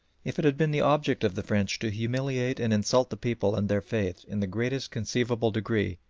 if it had been the object of the french to humiliate and insult the people and their faith in the greatest conceivable degree,